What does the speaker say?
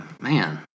man